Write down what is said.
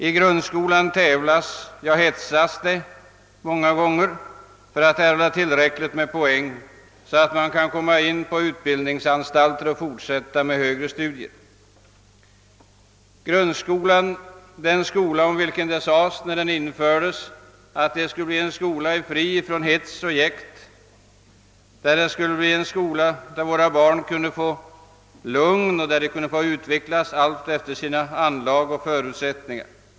I grundskolan tävlar, ja hetsas eleverna många gånger för att erhålla tillräckligt med poäng för att kunna komma in på utbildningsanstalter och fortsätta med högre studier. Grundskolan är den skola, om vilken man, när den infördes, sade att den skulle bli fri från hets och jäkt, en skola där våra barn kunde få lugn och utvecklas alltefter anlag och förutsättningar.